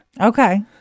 Okay